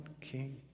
King